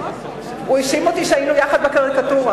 הוא האשים אותי שהיינו יחד בקריקטורה.